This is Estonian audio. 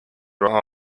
raha